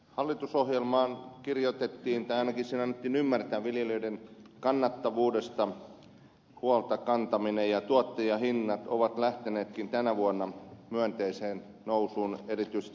hallitusohjelmaan kirjoitettiin tai ainakin se annettiin ymmärtää huolen kantaminen viljelijöiden työn kannattavuudesta ja tuottajahinnat ovat lähteneetkin tänä vuonna myönteiseen nousuun erityisesti kasvinviljelyn alalla